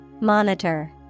Monitor